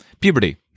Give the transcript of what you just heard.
Puberty